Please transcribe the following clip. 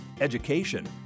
education